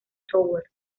tower